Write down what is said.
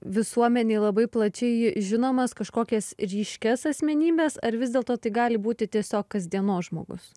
visuomenei labai plačiai žinomas kažkokias ryškias asmenybes ar vis dėlto tai gali būti tiesiog kasdienos žmogus